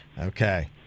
Okay